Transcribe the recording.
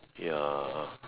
ya